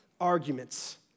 arguments